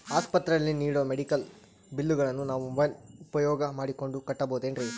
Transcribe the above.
ಆಸ್ಪತ್ರೆಯಲ್ಲಿ ನೇಡೋ ಮೆಡಿಕಲ್ ಬಿಲ್ಲುಗಳನ್ನು ನಾವು ಮೋಬ್ಯೆಲ್ ಉಪಯೋಗ ಮಾಡಿಕೊಂಡು ಕಟ್ಟಬಹುದೇನ್ರಿ?